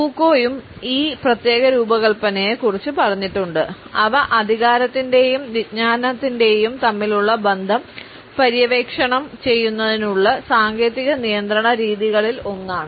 ഫൂക്കോയും ഈ പ്രത്യേക രൂപകൽപ്പനയെ കുറിച്ച് പറഞ്ഞിട്ടുണ്ട് അവ അധികാരത്തിന്റെയും വിജ്ഞാനത്തിന്റെയും തമ്മിലുള്ള ബന്ധം പര്യവേക്ഷണം ചെയ്യുന്നതിനുള്ള സാങ്കേതിക നിയന്ത്രണ രീതികളിൽ ഒന്നാണ്